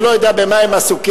אני לא יודע במה הם עסוקים.